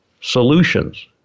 solutions